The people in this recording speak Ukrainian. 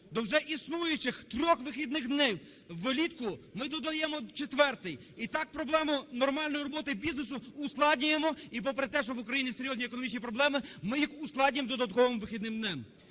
До вже існуючих трьох вихідних днів влітку ми додаємо четвертий і так проблему нормальної роботи бізнесу ускладнюємо і попри те, що в Україні серйозні економічні проблем, ми їх ускладнюємо додатковим вихідним днем.